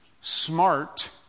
smart